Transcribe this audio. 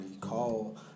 call